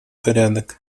порядок